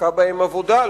הושקעה בהן עבודה.